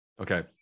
Okay